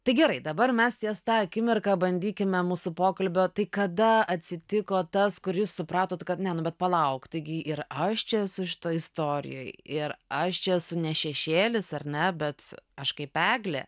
tai gerai dabar mes ties ta akimirka bandykime mūsų pokalbio tai kada atsitiko tas kur jūs supratot kad ne nu bet palauk taigi ir aš čia esu šitoj istorijoj ir aš čia esu ne šešėlis ar ne bet aš kaip eglė